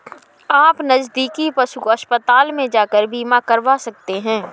आप नज़दीकी पशु अस्पताल में जाकर बीमा करवा सकते है